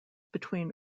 between